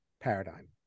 paradigm